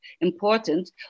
important